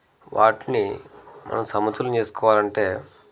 వాటిని మనం సమతుల్యం చేసుకోవాలంటే